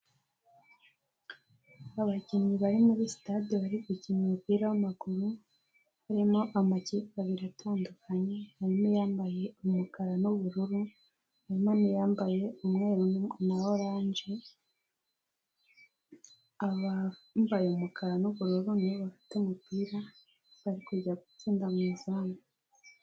abakinnyi bari muri stade barimo gukina umupira w'amaguru. Harimo amakipe abiri atandukanye, harimo iyambaye umukara n'ubururu, harimo n'iyambaye umweru na orange. Abambaye umukara n'ubururu nibo bafite umupira bari kujya gutsinda mu izamu.